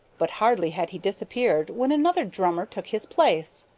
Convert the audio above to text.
but hardly had he disappeared when another drummer took his place.